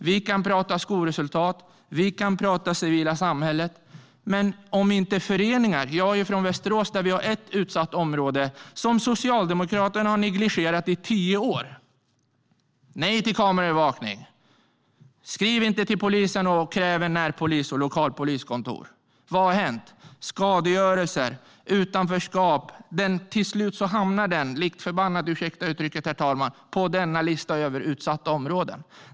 Vi kan prata skolresultat. Vi kan prata civila samhället. Men det krävs mer. Jag är från Västerås, där vi har ett utsatt område som Socialdemokraterna har negligerat i tio år. Nej till kameraövervakning! Skriv inte till polisen och kräv en närpolis och ett lokalt poliskontor! Vad har hänt? Skadegörelse, utanförskap. Till slut hamnar det området lik förbannat - ursäkta uttrycket, herr talman - på listan över utsatta områden.